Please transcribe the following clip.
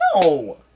No